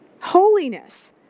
Holiness